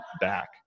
back